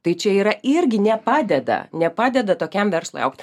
tai čia yra irgi nepadeda nepadeda tokiam verslui augt